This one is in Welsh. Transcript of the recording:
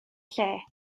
lle